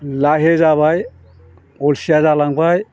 लाहे जाबाय अलसिया जालांबाय